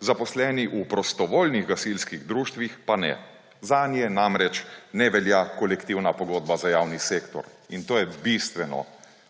zaposleni v prostovoljnih gasilskih društvih pa ne. Zanje namreč ne velja kolektivna pogodba za javni sektor in to je bistveno